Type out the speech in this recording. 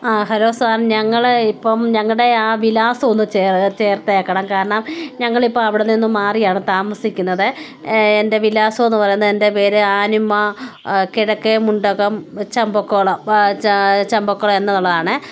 ആ hello sir ഞങ്ങളെയിപ്പം ഞങ്ങളുടെ ആ വിലാസം ഒന്ന് ചേർത്തേക്കണം കാരണം ഞങ്ങൾ ഇപ്പം അവിടെ നിന്നു മാറിയാണ് താമസിക്കുന്നത് എൻ്റെ വിലാസമെന്നു പറയുന്നത് എൻ്റെ പേര് ആനിമ കിഴക്കെമുണ്ടകം ചമ്പക്കുളം ചമ്പക്കുളം എന്നുള്ളതാണേ